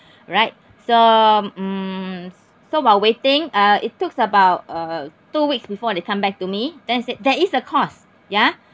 right so mm so while waiting uh it took about uh two weeks before they come back to me then they said there is a course ya